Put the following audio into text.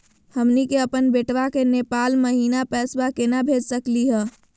हमनी के अपन बेटवा क नेपाल महिना पैसवा केना भेज सकली हे?